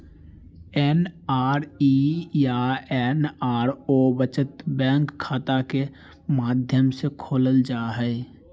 NRE या NRO बचत bank खाता के माध्यम से खोलल जा हइ